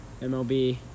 mlb